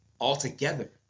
altogether